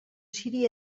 ciri